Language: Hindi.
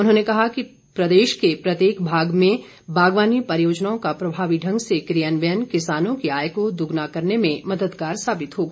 उन्होंने कहा कि प्रदेश के प्रत्येक भाग में बागवानी परियोजनाओं का प्रभावी ढंग से क्रियान्वयन किसानों की आय को दोगुना करने में मददगार साबित होगा